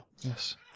Yes